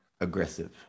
aggressive